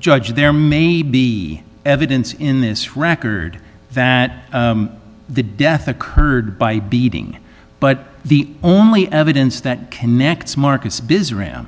judge there may be evidence in this record that the death occurred by beating but the only evidence that connects marcus busy around